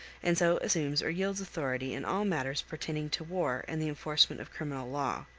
and so assumes or yields authority in all matters pertaining to war and the enforcement of criminal law.